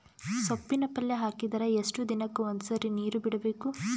ಸೊಪ್ಪಿನ ಪಲ್ಯ ಹಾಕಿದರ ಎಷ್ಟು ದಿನಕ್ಕ ಒಂದ್ಸರಿ ನೀರು ಬಿಡಬೇಕು?